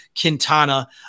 Quintana